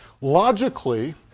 logically